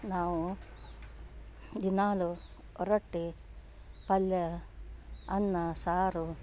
ನಾವು ದಿನಾಲೂ ರೊಟ್ಟಿ ಪಲ್ಯ ಅನ್ನ ಸಾರು